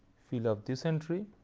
fill up this entry,